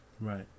Right